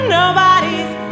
nobody's